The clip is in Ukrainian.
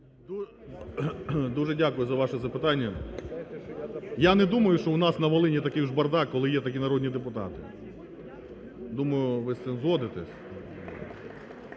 Дуже дякую за ваше запитання. Я не думаю, що у нас на Волині такий вже бардак, коли є такі народні депутати, думаю, ви з цим згодитесь.